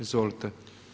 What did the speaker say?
Izvolite.